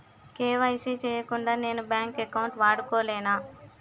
KYC చేయకుండా నేను bank account వాడుకొలేన?